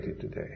today